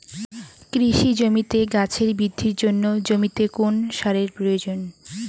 কৃষি জমিতে গাছের বৃদ্ধির জন্য জমিতে কোন সারের প্রয়োজন?